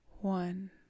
one